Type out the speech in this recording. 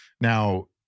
Now